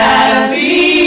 Happy